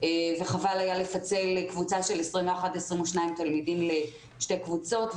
וחבל היה לפצל קבוצה של 22-21 תלמידים לשתי קבוצות,